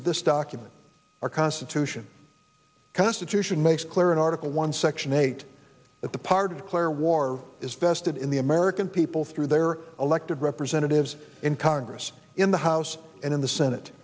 of this document our constitution constitution makes clear in article one section eight that the part of clear war is vested in the american people through their elected representatives in congress in the house and in the senate